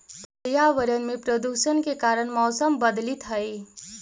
पर्यावरण में प्रदूषण के कारण मौसम बदलित हई